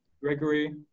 Gregory